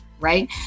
right